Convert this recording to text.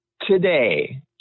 today